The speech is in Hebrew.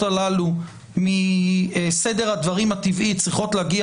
ההצעות הללו מסדר הדברים הטבעי צריכות להגיע